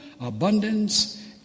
abundance